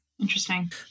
interesting